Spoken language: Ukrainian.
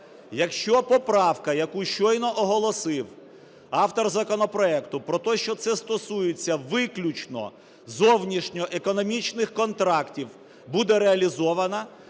якщо поправка, яку щойно оголосив автор законопроекту, про те, що це стосується виключно зовнішньоекономічних контрактів, буде реалізована,